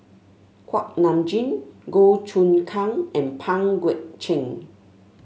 Kuak Nam Jin Goh Choon Kang and Pang Guek Cheng